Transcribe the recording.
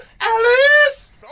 Alice